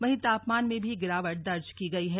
वहीं तापमान में भी गिरावट दर्ज की गई है